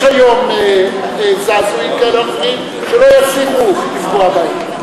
יש היום זעזועים כאלה או אחרים שלא יוסיפו לפגוע בהם.